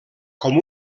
com